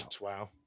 Wow